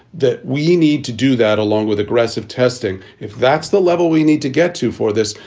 that we need to do that along with aggressive testing. if that's the level we need to get to for this,